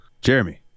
Jeremy